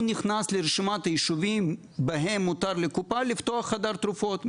נכנס לרשימת היישובים בהם מותר לקופה לפתוח חדר תרופות.